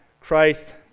Christ